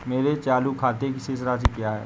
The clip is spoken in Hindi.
मेरे चालू खाते की शेष राशि क्या है?